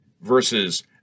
versus